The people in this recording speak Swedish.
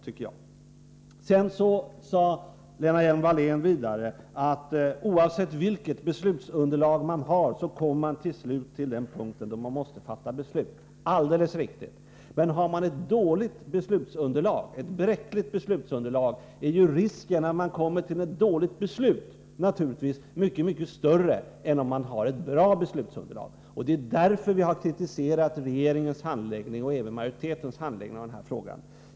Vidare sade Lena Hjelm-Wallén att man, oavsett vilket beslutsunderlag man har, till slut kommer till den punkt då man måste fatta beslut. Det är alldeles riktigt. Men har man ett bräckligt beslutsunderlag, är risken naturligtvis mycket större att man kommer till ett dåligt beslut än om man har ett bra beslutsunderlag. Det är därför vi har kritiserat regeringens och majoritetens handläggning av den här frågan.